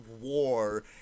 war